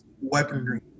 weaponry